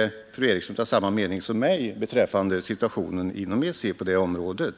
eftersom fru Eriksson och jag tydligen är av samma mening beträffande situationen inom EEC på det området.